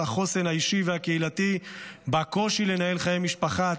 החוסן האישי והקהילתי בקושי לנהל חיי משפחה,